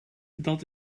dat